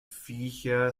viecher